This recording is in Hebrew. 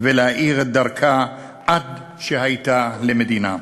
ולהאיר את דרכה עד שהייתה למדינה.